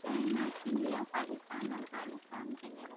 China India Pakistan Afghanistan Canada